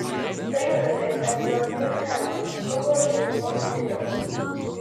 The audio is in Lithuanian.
tai nutinka dėl miuncheno klubo žaidimo stiliaus